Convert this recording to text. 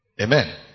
Amen